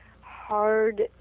hard